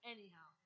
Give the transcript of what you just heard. Anyhow